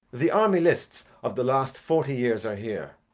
the army lists of the last forty years are here.